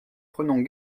prenons